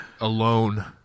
alone